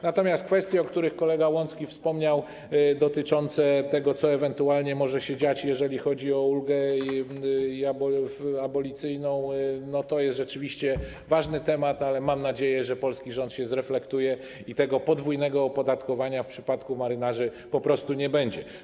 Natomiast kwestie, o których wspomniał kolega Łącki, dotyczące tego, co ewentualnie może się dziać, jeżeli chodzi o ulgę abolicyjną, to jest rzeczywiście ważny temat, ale mam nadzieję, że polski rząd się zreflektuje i tego podwójnego opodatkowania w przypadku marynarzy po prostu nie będzie.